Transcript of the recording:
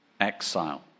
exile